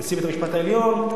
נשיא בית-המשפט העליון,